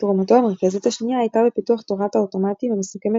תרומתו המרכזית השנייה הייתה בפיתוח תורת האוטומטים המסוכמת